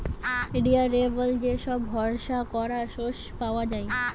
reliable যে সব ভরসা করা সোর্স পাওয়া যায়